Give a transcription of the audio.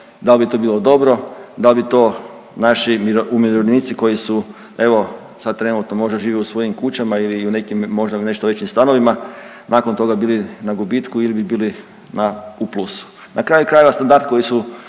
dal bi to bilo dobro, dal bi to naši umirovljenici koji su evo sad trenutno možda žive u svojim kućama ili u nekim, možda nešto većim stanovima, nakon toga bili na gubitku ili bi bili na, u plusu. Na kraju krajeva standard koji su